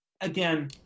again